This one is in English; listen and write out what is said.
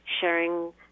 sharing